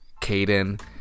Caden